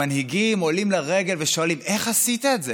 המנהיגים עולים לרגל ושואלים: איך עשית את זה,